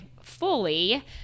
fully